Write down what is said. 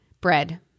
bread